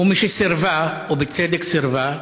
ומשסירבה, ובצדק סירבה,